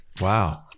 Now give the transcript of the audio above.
Wow